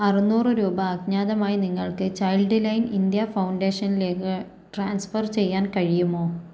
അറുന്നൂറ് രൂപ അജ്ഞാതമായി നിങ്ങൾക്ക് ചൈൽഡ് ലൈൻ ഇന്ത്യ ഫൗണ്ടേഷൻലേക്ക് ട്രാൻസ്ഫർ ചെയ്യാൻ കഴിയുമോ